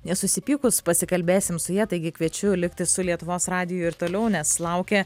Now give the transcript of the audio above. nesusipykus pasikalbėsim su ja taigi kviečiu likti su lietuvos radiju ir toliau nes laukia